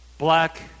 Black